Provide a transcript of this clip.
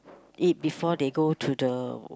it before they go to the